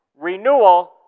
Renewal